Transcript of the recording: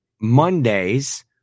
Mondays